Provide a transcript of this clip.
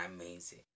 amazing